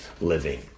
living